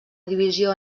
divisió